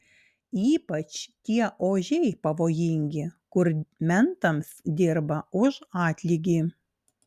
ypač tie ožiai pavojingi kur mentams dirba už atlygį